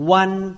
one